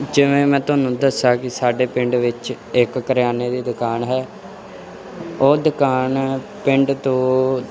ਜਿਵੇਂ ਮੈਂ ਤੁਹਾਨੂੰ ਦੱਸਿਆ ਕਿ ਸਾਡੇ ਪਿੰਡ ਵਿੱਚ ਇਕ ਕਰਿਆਨੇ ਦੀ ਦੁਕਾਨ ਹੈ ਉਹ ਦੁਕਾਨ ਪਿੰਡ ਤੋਂ